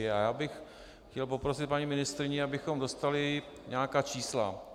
A já bych chtěl poprosit paní ministryni, abychom dostali nějaká čísla.